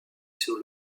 sur